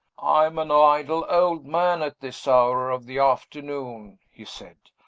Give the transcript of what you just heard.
i am an idle old man at this hour of the afternoon, he said.